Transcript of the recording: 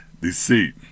deceit